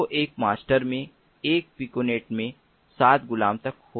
तो एक मास्टर और एक पिकोनेट में 7 गुलाम तक हो सकते हैं